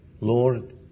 Lord